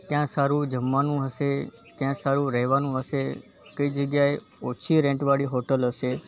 ક્યાં સારું જમવાનું હશે ક્યાં સારું રહેવાનુ હશે કઈ જગ્યાએ ઓછી રૅન્ટવાળી હોટલ હશે